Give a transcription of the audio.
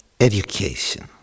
Education